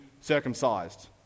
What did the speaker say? circumcised